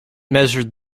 measured